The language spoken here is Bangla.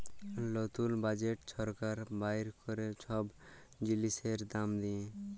লতুল বাজেট ছরকার বাইর ক্যরে ছব জিলিসের দাম দিঁয়ে